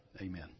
Amen